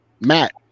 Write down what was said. Matt